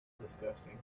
disgusting